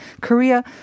Korea